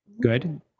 good